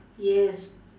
yes